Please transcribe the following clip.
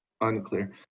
Unclear